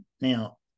Now